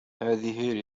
هذه